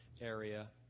area